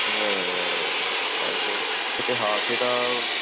ਹਾਂ ਬਸ ਇਤਿਹਾਸ ਇਹਦਾ